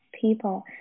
people